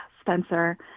Spencer